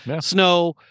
snow